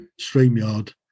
StreamYard